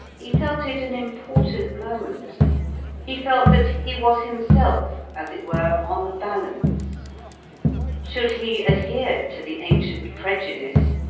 he felt it an important moment he felt that he was himself, as it were, on the balance should he adhere to the ancient prejudice,